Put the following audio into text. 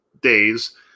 days